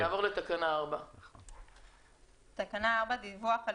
מדובר על דוח כולל, מדובר על